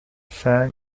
sang